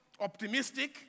optimistic